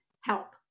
help